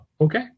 okay